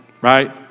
right